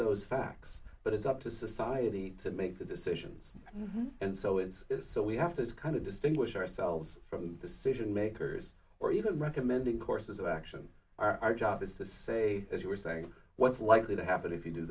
those facts but it's up to society to make the decisions and so is it so we have this kind of distinguish ourselves from decision makers or even recommending courses of action our job is to say as you were saying what's likely to happen if you do